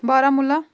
Baramulla